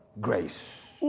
grace